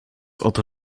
oto